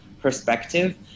perspective